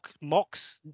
mocks